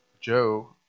Joe